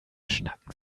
schnacken